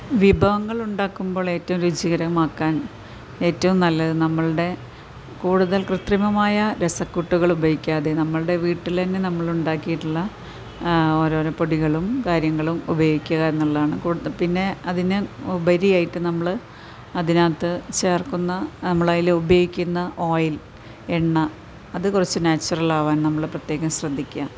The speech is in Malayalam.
വിഭവങ്ങൾ ഉണ്ടാക്കുമ്പോൾ ഏറ്റവും രുചികരമാക്കാൻ ഏറ്റവും നല്ലത് നമ്മളുടെ കൂടുതൽ കൃത്രിമമായ രസക്കൂട്ടുകൾ ഉപയോഗിക്കാതെ നമ്മളുടെ വീട്ടിലന്നെ നമ്മളുണ്ടാക്കിയിട്ടുള്ള ഓരോരോ പൊടികളും കാര്യങ്ങളും ഉപയോഗിക്കുക എന്നുള്ളതാണ് പിന്നെ അതിന് ഉപരിയായിട്ട് നമ്മൾ അതിനകത്ത് ചേർക്കുന്ന നമ്മൾ അതിൽ ഉപയോഗിക്കുന്ന ഓയിൽ എണ്ണ അതുകുറച്ച് നാച്ചുറൽ ആവാൻ നമ്മൾ പ്രത്യേകം ശ്രദ്ധിക്കുക